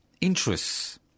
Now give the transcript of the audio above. interests